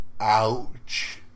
Ouch